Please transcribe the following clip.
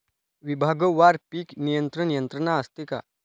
विभागवार पीक नियंत्रण यंत्रणा असते का?